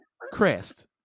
crest